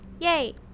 Yay